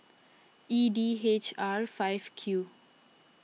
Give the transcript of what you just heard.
E D H R five Q